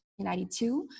1992